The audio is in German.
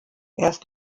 erst